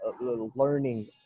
learning